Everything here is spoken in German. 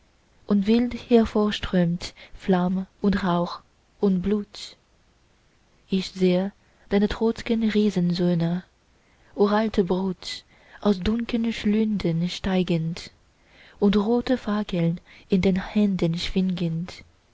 und wild hervorströmt flamm und rauch und blut ich sehe deine trotzgen riesensöhne uralte brut aus dunkeln schlünden steigend und rote fackeln in den händen